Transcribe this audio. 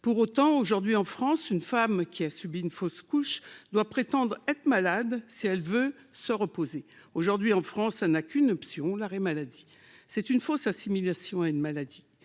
Pourtant, aujourd'hui, en France, une femme qui a subi une fausse couche doit prétendre être malade si elle veut se reposer, car elle n'a qu'une option : l'arrêt maladie. Cette fausse assimilation de la